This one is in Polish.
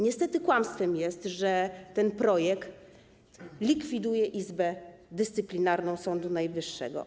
Niestety kłamstwem jest to, że ten projekt likwiduje Izbę Dyscyplinarną Sądu Najwyższego.